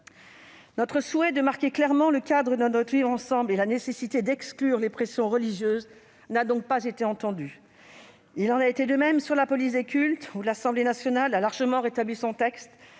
Notre souhait de marquer clairement le cadre de notre vivre ensemble et la nécessité d'exclure les pressions religieuses n'a donc pas été entendu. Il en a été de même pour la police des cultes, où l'Assemblée nationale a largement rétabli son texte,